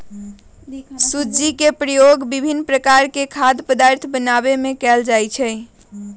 सूज्ज़ी के प्रयोग विभिन्न प्रकार के खाद्य पदार्थ बनाबे में कयल जाइ छै